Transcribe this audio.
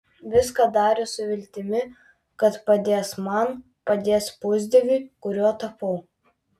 viską darė su viltimi kad padės man padės pusdieviui kuriuo tapau